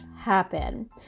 happen